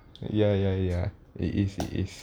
ya ya ya it is it is